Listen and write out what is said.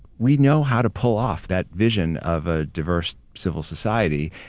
we know how to pull off that vision of a diverse civil society.